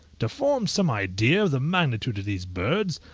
to form some idea of the magnitude of these birds,